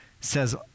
says